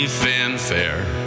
fanfare